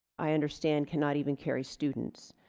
i understand cannot even carry students